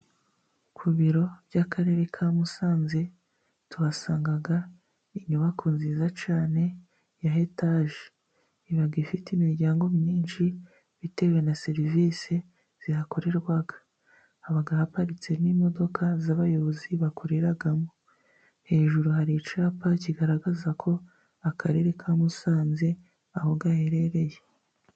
Ku biro by'Akarere ka Musanze tuhasanga inyubako nziza cyae ya etaje , Ifite imiryango myinshi bitewe na serivisi zihakorerwa. Haba haparitse n'imodoka z'abayobozi bahakorera. Hejuru, hari icyapa kigaragaza ko Akarere ka Musanze aho gaherereye.